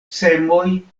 semoj